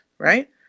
Right